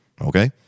okay